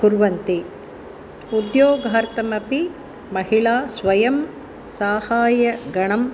कुर्वन्ति उद्योगार्थमपि महिला स्वयं साहायगणम्